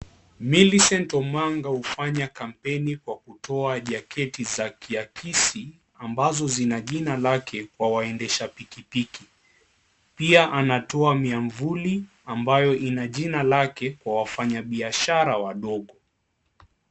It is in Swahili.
Millicent Omanga hufanywa kampaini kwa kutoa jaketi za kiakisi ambazo zina jina lake, kwa waendesha pikipiki. Pia, anatoa miavuli ambayo ina jina lake, kwa wafanya biashara wadogo.